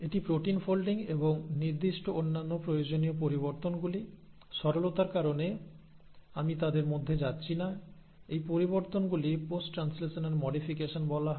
এটি protein folding এবং নির্দিষ্ট অন্যান্য প্রয়োজনীয় পরিবর্তনগুলি সরলতার কারণে আমি তাদের মধ্যে যাচ্ছি না এই পরিবর্তনগুলি পোস্ট ট্রান্সলেশনাল মডিফিকেশন বলা হয়